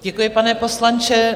Děkuji, pane poslanče.